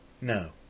No